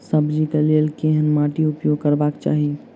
सब्जी कऽ लेल केहन माटि उपयोग करबाक चाहि?